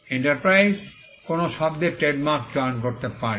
enterprise কোনও শব্দের trademark চয়ন করতে পারে